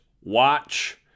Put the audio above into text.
watch